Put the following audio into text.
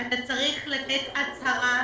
אתה צריך להגיש הצהרה